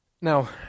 Now